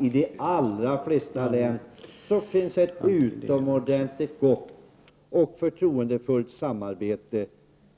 I de allra flesta län finns det ett utomordentligt gott och förtroendefullt samarbete